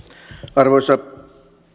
arvoisa